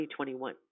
2021